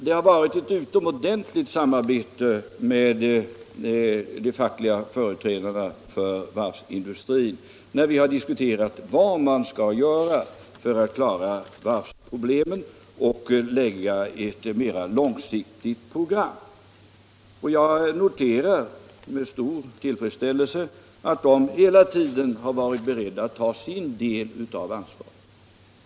Det har varit ett utomordentligt samarbete med de fackliga företrädarna för varvsindustrin när vi diskuterat vad man skall göra för att klara varvsproblemen och lägga ett mera långsiktigt program. Jag noterar med stor tillfredsställelse att dessa företrädare hela tiden varit beredda att ta sin del av ansvaret.